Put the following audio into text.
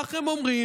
כך הם אומרים.